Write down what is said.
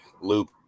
loop